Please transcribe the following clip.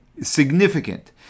significant